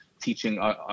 teaching